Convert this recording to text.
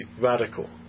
radical